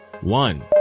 one